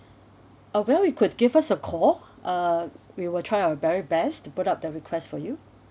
uh well you could give us a call uh we will try our very best to put up the request for you